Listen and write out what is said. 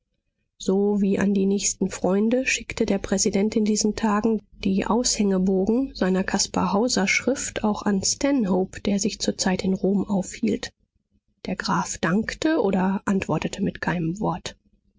so wie an die nächsten freunde schickte der präsident in diesen tagen die aushängebogen seiner caspar hauser schrift auch an stanhope der sich zurzeit in rom aufhielt der graf dankte oder antwortete mit keinem wort